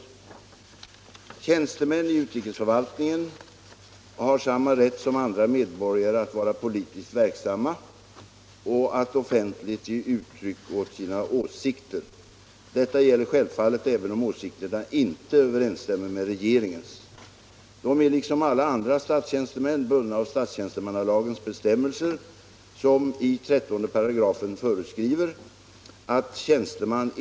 Med hänsyn till att årets deklarationsblanketter fördröjts och svårigheter därmed uppstår exempelvis för de deklaranter som anlitar deklarationshjälp att i tid inkomma med sina deklarationer, talar starka skäl för att ansökningar om uppskov med självdeklarations inlämnande beviljas med stor generositet.